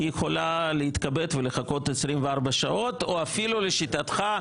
היא יכולה להתכבד ולחכות 24 שעות; או אפילו לשיטתך,